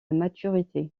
maturité